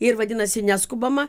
ir vadinasi neskubama